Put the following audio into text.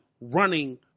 running